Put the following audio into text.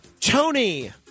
Tony